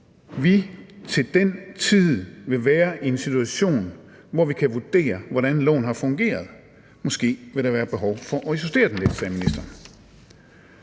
vi til den tid vil være i en situation, hvor vi kan vurdere, hvordan loven har fungeret. Måske vil der være behov for at justere den lidt, sagde ministeren.